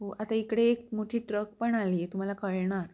हो आता इकडे एक मोठी ट्रक पण आली आहे तुम्हाला कळणार